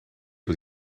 was